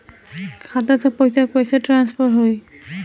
खाता से पैसा कईसे ट्रासर्फर होई?